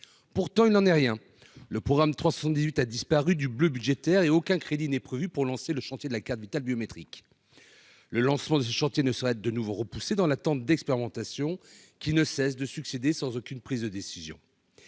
pourtant il n'en est rien, le programme 3 78 a disparu du bleu budgétaire et aucun crédit n'est prévue pour lancer le chantier de la carte Vitale biométrique le lancement du chantier ne souhaite de nouveau repoussée dans l'attente d'expérimentation qui ne cesse de succéder sans aucune prise de décision,